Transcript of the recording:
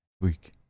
Week